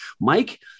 Mike